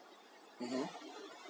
mm